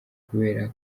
kubera